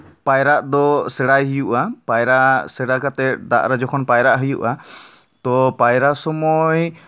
ᱯᱟᱭᱨᱟᱜ ᱫᱚ ᱥᱮᱲᱟᱭ ᱦᱩᱭᱩᱜᱼᱟ ᱯᱟᱭᱨᱟᱜ ᱥᱮᱲᱟ ᱠᱟᱛᱮᱜ ᱫᱟᱜ ᱨᱮ ᱡᱚᱠᱷᱚᱱ ᱯᱟᱭᱨᱟᱜ ᱦᱩᱭᱩᱜᱼᱟ ᱛᱚ ᱯᱟᱭᱨᱟ ᱥᱚᱢᱚᱭ